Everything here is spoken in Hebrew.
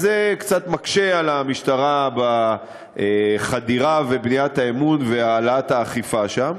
אז זה קצת מקשה על המשטרה בחדירה ובבניית האמון והעלאת האכיפה שם.